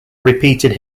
repeated